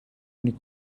нэг